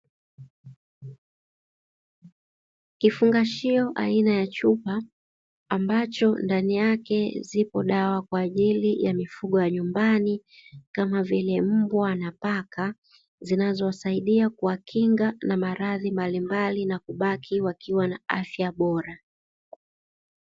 Kifungachio aina ya chupa, ambacho ndani yake zipo dawa kwa ajili ya mifugo ya nyumbani kama vile mbwa na paka, zinazowasaidia kuwakinga na maradhi mbalimbali na kubaki wakiwa na afya bora.